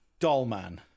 Dollman